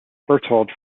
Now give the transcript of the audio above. berthold